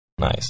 Nice